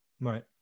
Right